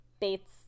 Bates